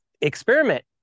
experiment